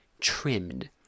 trimmed